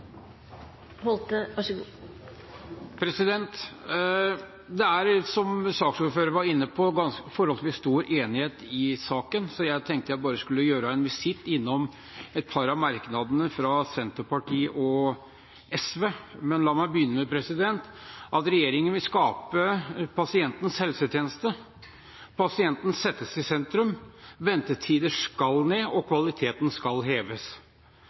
saken, så jeg tenkte jeg bare skulle gjøre en visitt innom et par av merknadene fra Senterpartiet og SV. Men la meg begynne med at regjeringen vil skape pasientens helsetjeneste. Pasienten settes i sentrum, ventetider skal ned, og kvaliteten skal heves.